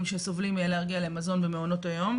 שסובלים מאלרגיה למזון במעונות היום.